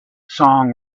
song